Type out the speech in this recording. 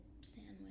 sandwich